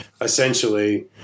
essentially